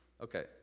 Okay